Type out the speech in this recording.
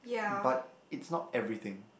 but is not everything